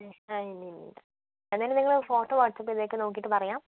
പ്രശ്നം ഇല്ല ഇല്ല ഇല്ല ഇല്ല എന്തായാലും നിങ്ങൾ ഫോട്ടോ വാട്സപ്പ് ചെയ്തേക്ക് നോക്കിയിട്ട് പറയാം